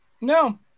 No